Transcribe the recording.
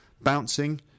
Bouncing